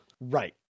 Right